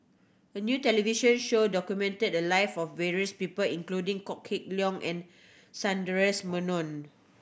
a new television show documented the live of various people including Kok Heng Leun and Sundaresh Menon